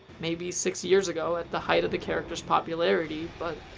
maybe six years ago at the height of the character's popularity but.